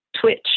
twitch